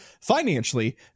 financially